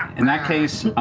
in that case,